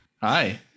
Hi